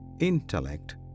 intellect